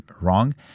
wrong